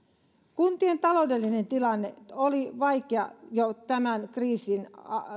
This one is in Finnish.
kuntien taloudellinen tilanne oli vaikea jo tämän kriisin